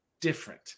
different